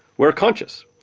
we're conscious.